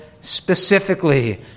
specifically